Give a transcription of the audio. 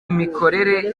imikorere